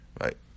Right